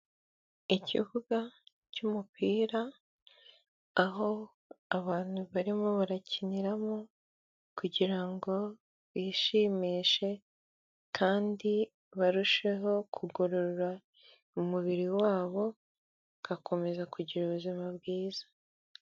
Ikibuga cy'umupira, aho abantu barimo barakiniramo kugira ngo bishimishe kandi barusheho kugorora umubiri wabo, bagakomeza kugira ubuzima bwiza.